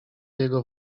jego